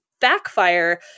backfire